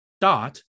Dot